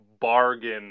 bargain